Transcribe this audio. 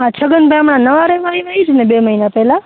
આ છગન ભાઈ હમણાં નવા રેવા આયવા ઈજને બે મઇના પેલા